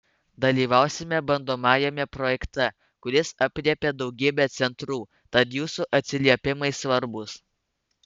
dalyvausime bandomajame projekte kuris aprėpia daugybę centrų tad jūsų atsiliepimai svarbūs